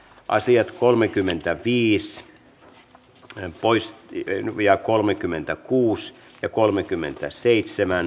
asiat kolmekymmentä viis tuen pois lakiehdotusten toinen käsittely päättyi